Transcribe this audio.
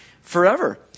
forever